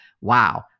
wow